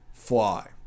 Fly